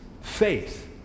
faith